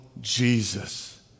Jesus